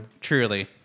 Truly